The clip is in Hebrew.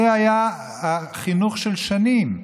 זה היה חינוך של שנים.